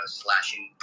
slashing